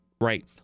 right